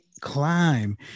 climb